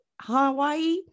Hawaii